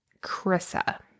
Krissa